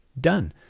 done